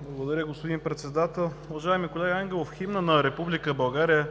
Благодаря, господин Председател. Уважаеми колега Ангелов, химнът на Република България